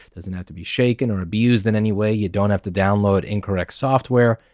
doesn't have to be shaken or abused in any way, you don't have to download incorrect software.